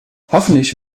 hoffentlich